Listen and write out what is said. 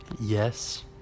yes